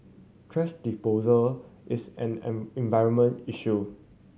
thrash disposal is an an environment issue